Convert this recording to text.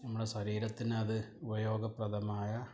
നമ്മുടെ ശരീരത്തിന് അത് ഉപയോഗപ്രദമായ